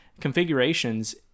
configurations